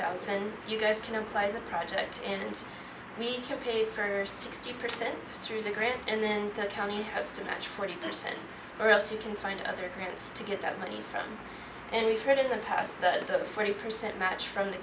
thousand you guys can fly the project and we can pay for sixty percent through the grant and then the county has to match forty percent or else you can find other grants to get that money from and we've heard in the past that the forty percent match from the